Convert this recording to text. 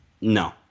No